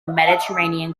mediterranean